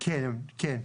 כן, כן.